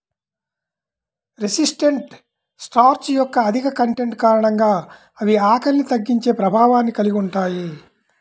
resistant starch యొక్క అధిక content కారణంగా అవి ఆకలిని తగ్గించే ప్రభావాన్ని కలిగి ఉంటాయి